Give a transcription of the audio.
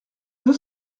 deux